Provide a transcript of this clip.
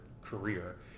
career